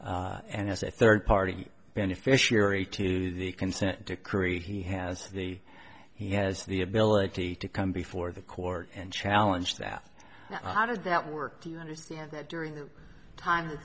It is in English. followed and as a third party beneficiary to the consent decree he has the he has the ability to come before the court and challenge that how does that work to understand that during the time